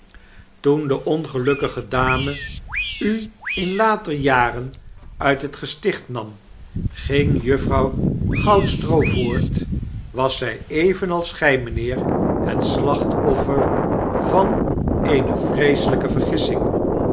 toen de ongelukkige dame u in later jaren uit het gesticht nam gingjuffrouw goudstroo voort was zy evenals gij mynheer het slachtoffer van eene vreeselijfe vergissing